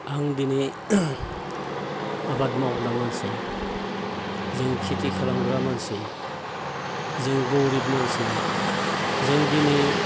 आं दिनै आबाद मावग्रा मानसि जों खिथि खालामग्रा मानसि जों गरिब मानसि जों दिनै